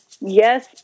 Yes